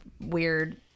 weird